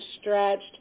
stretched